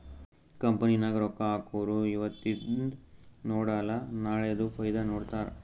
company ನಾಗ್ ರೊಕ್ಕಾ ಹಾಕೊರು ಇವತಿಂದ್ ನೋಡಲ ನಾಳೆದು ಫೈದಾ ನೋಡ್ತಾರ್